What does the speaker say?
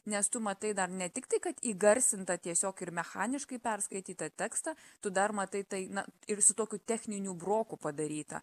nes tu matai dar ne tiktai kad įgarsintą tiesiog ir mechaniškai perskaitytą tekstą tu dar matai tai na ir su tokiu techniniu broku padarytą